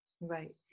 right